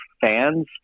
fans